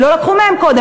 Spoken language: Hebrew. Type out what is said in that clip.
ולא לקחו מהם קודם,